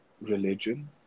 religion